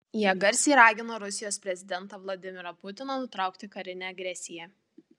jie garsiai ragino rusijos prezidentą vladimirą putiną nutraukti karinę agresiją